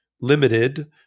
limited